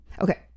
okay